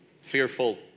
fearful